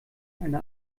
eine